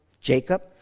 jacob